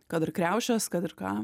kad ir kriaušes kad ir ką